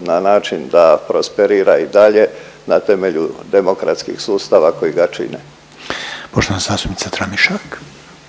na način da prosperira i dalje na temelju demokratskih sustava koji ga čine. **Reiner, Željko